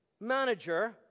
manager